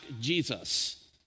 Jesus